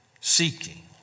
seeking